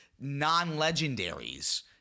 non-legendaries